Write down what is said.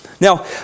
Now